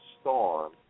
storm